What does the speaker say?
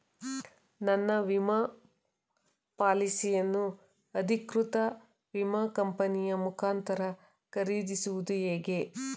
ನನ್ನ ವಿಮಾ ಪಾಲಿಸಿಯನ್ನು ಅಧಿಕೃತ ವಿಮಾ ಕಂಪನಿಯ ಮುಖಾಂತರ ಖರೀದಿಸುವುದು ಹೇಗೆ?